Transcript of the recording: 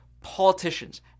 politicians